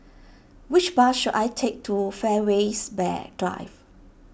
which bus should I take to Fairways Drive